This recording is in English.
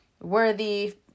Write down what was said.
worthy